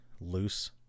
loose